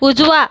उजवा